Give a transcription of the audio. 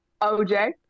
OJ